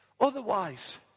Otherwise